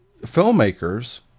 filmmakers